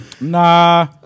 Nah